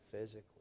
physically